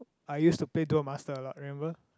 I used to play Duel-Master a lot remember